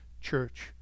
church